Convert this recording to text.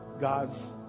God's